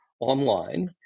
online